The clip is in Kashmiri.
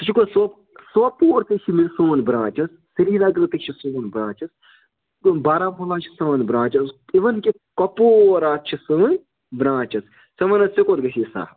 ژٕ چھُکھٕ سوپ سوپور تہِ چھِ سون برٛانٛچ حظ سرینگرٕ تہِ چھِ سون برٛانٛچ حظ بِلکُل باراہمولا چھِ سٲنۍ برٛانٛچ حظ اِوٕن کہِ کۄپوورا چھِ سٲنۍ برٛانٛچ حظ ژٕ وَن حظ ژےٚ کوٚت گژھی سخ